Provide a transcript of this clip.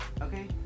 Okay